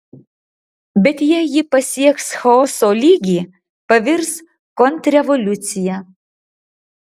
bet jei ji pasieks chaoso lygį pavirs kontrrevoliucija